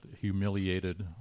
humiliated